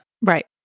Right